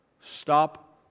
Stop